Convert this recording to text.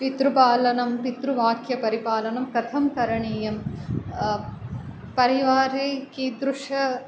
पितृपालनं पितृवाक्यपरिपालनं कथं करणीयं परिवारे कीदृश